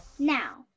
Now